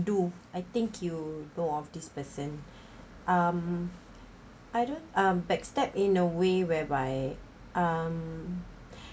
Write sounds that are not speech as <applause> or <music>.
do I think you know of this person um I don't um backstab in a way whereby um <breath>